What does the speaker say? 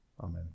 amen